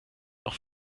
noch